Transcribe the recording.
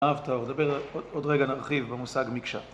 נעב טאור, נדבר עוד רגע, נרחיב במושג מקשה.